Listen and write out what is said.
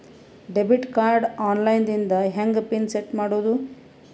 Debit card online ದಿಂದ ಹೆಂಗ್ pin set ಮಾಡೋದು?